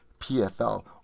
PFL